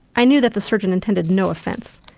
i knew that the surgeon intended no offence,